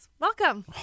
Welcome